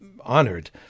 honored